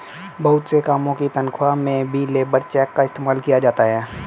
बहुत से कामों की तन्ख्वाह में भी लेबर चेक का इस्तेमाल किया जाता है